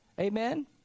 Amen